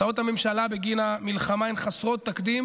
הוצאות הממשלה בגין המלחמה הן חסרות תקדים